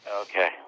Okay